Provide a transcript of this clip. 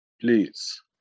Please